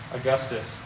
Augustus